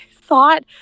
thought